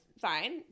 Fine